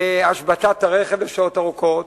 בהשבתת הרכב לשעות ארוכות,